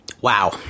wow